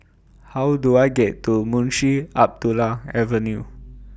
How Do I get to Munshi Abdullah Avenue